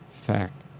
fact